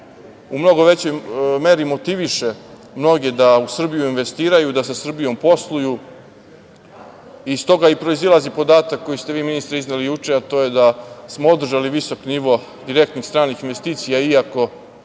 U mnogo većoj meri motiviše mnoge da u Srbiju investiraju, da sa Srbijom posluju i iz toga i proizilazi podatak koji ste vi ministre izneli juče, a to je da smo održali visok nivo direktnih stranih investicija, iako